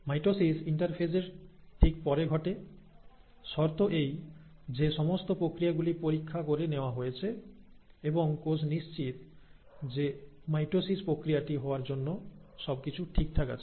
mitosis ইন্টারফেসের ঠিক পরে ঘটে শর্ত এই যে সমস্ত প্রক্রিয়া গুলি পরীক্ষা করে নেওয়া হয়েছে এবং কোষ নিশ্চিত যে মাইটোসিস প্রক্রিয়াটি হওয়ার জন্য সবকিছু ঠিকঠাক আছে